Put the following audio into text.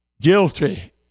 guilty